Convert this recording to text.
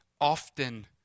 often